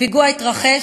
הפיגוע התרחש,